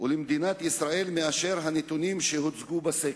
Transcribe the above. ולמדינת ישראל מהנתונים שהוצגו בסקר.